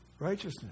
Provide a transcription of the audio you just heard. righteousness